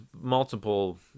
multiple